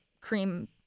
cream